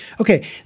Okay